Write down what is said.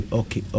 okay